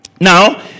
Now